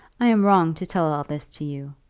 i am wrong to tell all this to you.